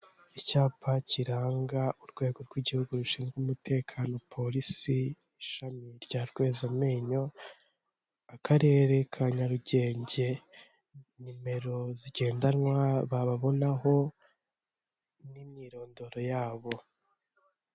Icyapa kiranga urwego rw'igihugu rushinzwe umutekano polisi ishami rya Rwezamenyo, akarere ka Nyarugenge. Nimero zigendanwa bababonaho n'imyirondoro yabo.